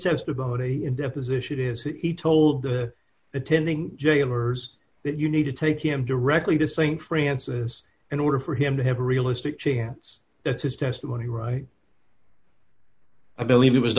testimony in deposition is he told the attending jailers that you need to take him directly to saint francis in order for him to have a realistic chance that's his testimony right i believe it was